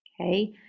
Okay